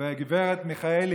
וגב' מיכאלי,